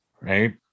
Right